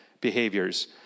behaviors